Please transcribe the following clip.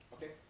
Okay